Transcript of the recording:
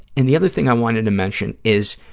and the other thing i wanted to mention is,